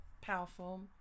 powerful